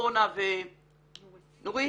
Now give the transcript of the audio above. אורנה ונורית,